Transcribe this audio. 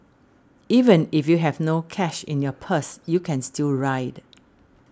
even if you have no cash in your purse you can still ride